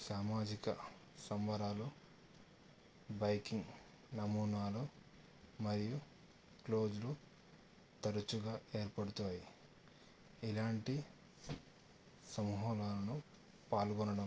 సామాజిక సంబరాలు బైకింగ్ నమూనాలు మరియు క్లోజ్లు తరచుగా ఏర్పడుతాయి ఇలాంటి సమూహాలను పాల్గొనడం